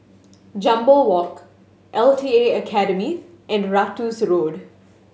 Jambol Walk L T A Academy and Ratus Road